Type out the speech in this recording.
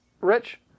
Rich